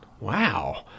wow